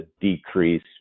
decrease